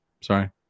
Sorry